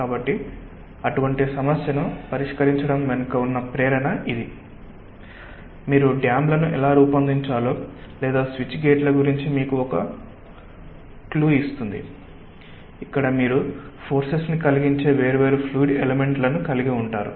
కాబట్టి అటువంటి సమస్యను పరిష్కరించడం వెనుక ఉన్న ప్రేరణ ఇది మీరు డ్యామ్ లను ఎలా రూపొందించాలో లేదా స్విచ్ గేట్ల గురించి మీకు ఒక క్లూ ఇస్తుంది ఇక్కడ మీరు ఫోర్సెస్ ను కలిగించే వేర్వేరు ఫ్లూయిడ్ ఎలెమెంట్ లను కలిగి ఉంటారు